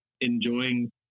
enjoying